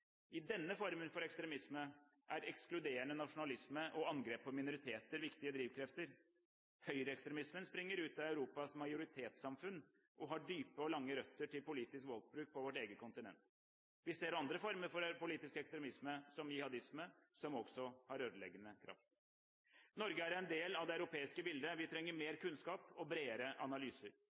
I denne formen for ekstremisme er ekskluderende nasjonalisme og angrep på minoriteter viktige drivkrefter. Høyreekstremismen springer ut av Europas majoritetssamfunn og har dype og lange røtter til politisk voldsbruk på vårt eget kontinent. Vi ser også andre former for politisk ekstremisme – som jihadisme – som har ødeleggende kraft. Norge er del av det europeiske bildet. Vi trenger mer kunnskap og bredere analyser.